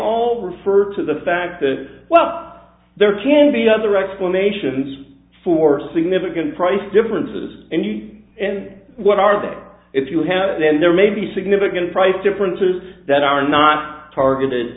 all refer to the fact that well there can be other explanations for significant price differences and you see and what are those if you have it then there may be significant price differences that are not targeted